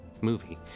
movie